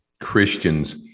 Christians